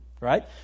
Right